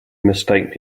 mistake